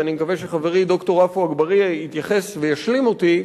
ואני מקווה שחברי ד"ר עפו אגבאריה יתייחס וישלים אותי,